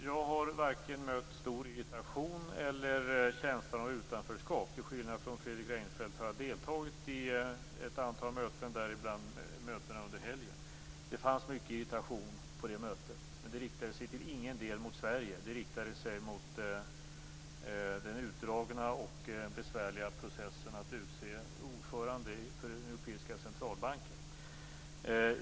Fru talman! Jag har mött varken stor irritation eller känsla av utanförskap. Till skillnad från Fredrik Reinfeldt har jag deltagit i ett antal möten däribland mötet under helgen. Det fanns mycket irritation på det mötet, men den riktades till ingen del mot Sverige. Den riktades mot den utdragna och besvärliga processen att utse ordförande för den europeiska centralbanken.